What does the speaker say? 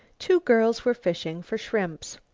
two girls were fishing for shrimps.